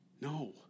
No